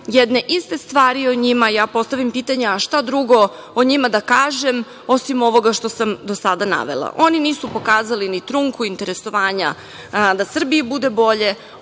jedne iste stvari o njima, ja postavim pitanje, a šta drugo o njima da kažem, osim ovoga što sam do sada navela. Oni nisu pokazali ni trunku interesovanja da Srbiji bude bolje,